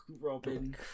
Robin